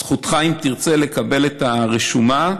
זכותך, אם תרצה, לקבל את הרשומה,